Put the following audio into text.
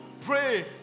pray